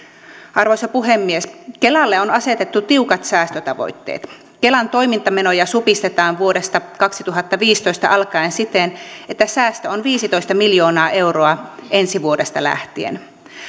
arvoisa puhemies kelalle on asetettu tiukat säästötavoitteet kelan toimintamenoja supistetaan vuodesta kaksituhattaviisitoista alkaen siten että säästö on viisitoista miljoonaa euroa ensi vuodesta lähtien